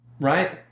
right